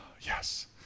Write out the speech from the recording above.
Yes